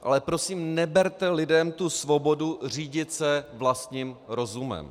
Ale prosím, neberte lidem tu svobodu řídit se vlastním rozumem.